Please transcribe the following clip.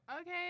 Okay